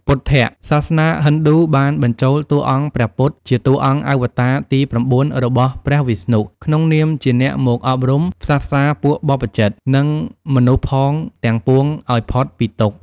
ពុទ្ធៈ សាសនាហិណ្ឌូបានបញ្ចូលតួអង្គព្រះពុទ្ធជាតួអង្គអវតារទី៩ របស់ព្រះវិស្ណុ ក្នុងនាមជាអ្នកមកអប់រំ ផ្សះផ្សារពួកបព្វជិត និងមនុស្សផងទាំងពួងឱ្យផុតពីទុក្ខ។